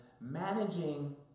managing